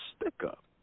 stick-up